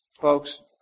Folks